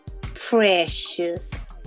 Precious